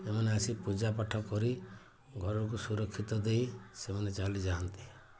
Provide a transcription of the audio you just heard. ଏମାନେ ଆସି ପୂଜାପାଠ କରି ଘରକୁ ସୁରକ୍ଷିତ ଦେଇ ସେମାନେ ଚାଲିଯାଆନ୍ତି